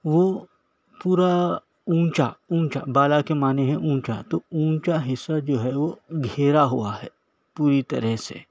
وہ پورا اونچا اونچا بالا کے معنیٰ ہیں اونچا تو اونچا حصہ جو ہے وہ گھیرا ہوا ہے پوری طرح سے